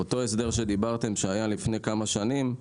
אותו הסדר שדיברתם שהיה לפני כמה שנים,